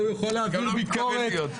גם לא מתכוון להיות.